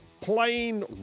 plain